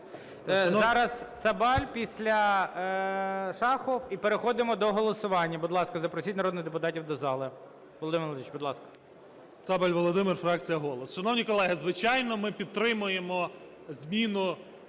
Зараз Цабаль, після – Шахов, і переходимо до голосування. Будь ласка, запросіть народних депутатів до зали. Володимир Володимирович, будь ласка. 14:49:19 ЦАБАЛЬ В.В. Цабаль Володимир, фракція "Голос". Шановні колеги, звичайно, ми підтримуємо зміну